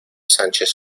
sánchez